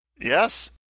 Yes